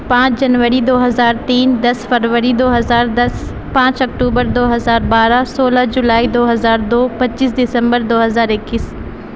پانچ جنوری دو ہزار تین دس فروری دو ہزار دس پانچ اکٹوبر دو ہزار بارہ سولہ جولائی دو ہزار دو پچیس دسمبر دو ہزار اکیس